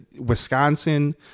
Wisconsin